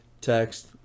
text